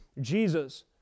Jesus